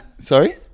sorry